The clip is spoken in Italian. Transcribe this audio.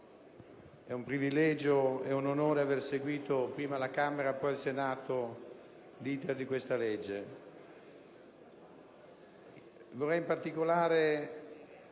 è un privilegio e un onore aver seguito, prima alla Camera e poi al Senato, l'*iter* di questo disegno